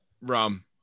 Rum